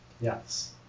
Yes